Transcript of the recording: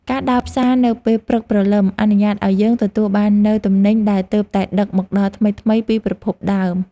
ការដើរផ្សារនៅពេលព្រឹកព្រលឹមអនុញ្ញាតឱ្យយើងទទួលបាននូវទំនិញដែលទើបតែដឹកមកដល់ថ្មីៗពីប្រភពដើម។